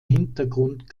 hintergrund